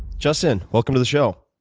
justin, welcome to the show.